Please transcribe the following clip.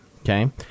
Okay